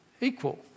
equal